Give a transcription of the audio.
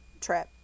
trip